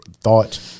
thought